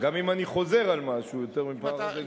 גם אם אני חוזר על משהו יותר מפעם אחת, זה גם?